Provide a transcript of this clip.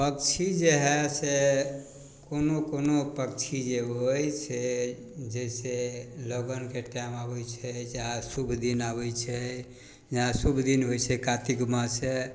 पक्षी जे हइ से कोनो कोनो पक्षी जे होइ छै जइसे लगनके टाइम आबै छै चाहे शुभ दिन आबै छै जेना शुभ दिन होइ छै कातिक मासे